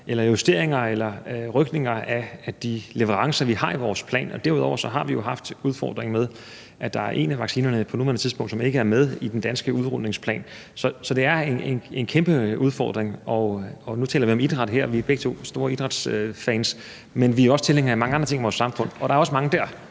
justeringer eller rykninger af de leverancer, vi har i vores plan. Derudover har vi jo haft udfordringer med, at der er en af vaccinerne, der er på nuværende tidspunkt ikke er med i den danske udrulningsplan. Så det er en kæmpe udfordring. Nu taler vi om idræt her, og vi er begge to store idrætsfans, men vi er også tilhængere af mange andre ting i vores samfund, og der er også mange der.